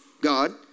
God